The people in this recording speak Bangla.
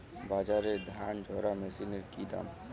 বাজারে ধান ঝারা মেশিনের কি দাম আছে?